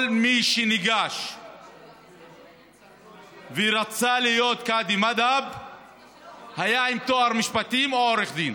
כל מי שניגש ורצה להיות קאדי מד'הב היה עם תואר במשפטים או עורך דין.